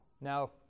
Now